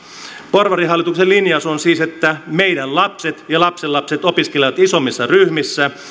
porvarihallituksen linjaus on siis se että meidän lapset ja lapsenlapset opiskelevat isommissa ryhmissä